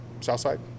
Southside